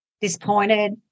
disappointed